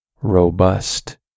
robust